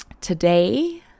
today